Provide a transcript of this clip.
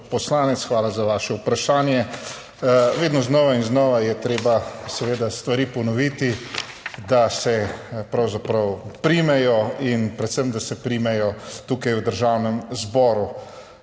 hvala za vaše vprašanje. Vedno znova in znova je treba stvari ponoviti, da se pravzaprav primejo in da se primejo predvsem tukaj v Državnem zboru.